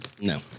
No